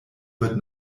wird